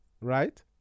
right